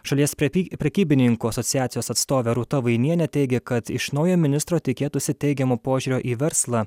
šalies prepig prekybininkų asociacijos atstovė rūta vainienė teigė kad iš naujojo ministro tikėtųsi teigiamo požiūrio į verslą